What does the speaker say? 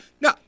No